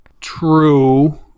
True